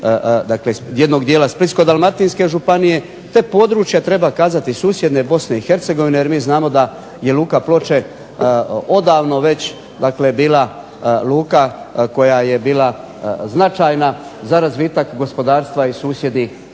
dakle jednog dijela Splitsko-dalmatinske županije te područja, treba kazati, susjedne Bosne i Hercegovine jer mi znamo da je Luka Ploče odavno već bila luka koja je bila značajna za razvitak gospodarstva i susjednih